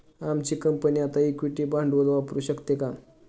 आमची कंपनी आता इक्विटी भांडवल वापरू शकते का?